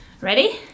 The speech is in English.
ready